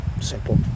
Simple